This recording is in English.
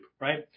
right